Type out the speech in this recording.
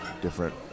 different